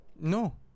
No